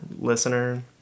listener